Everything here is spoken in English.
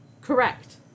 Correct